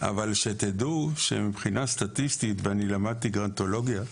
דעו שמבחינה סטטיסטית, ולמדתי גרונטולוגיה,